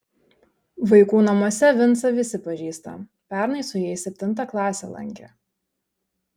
vaikų namuose vincą visi pažįsta pernai su jais septintą klasę lankė